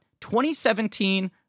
2017